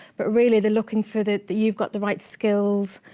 but really they're looking for that that you've got the right skills